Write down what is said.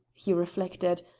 he reflected,